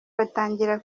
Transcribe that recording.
batangira